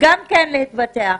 הר"י להתבטא.